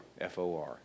F-O-R